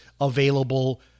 available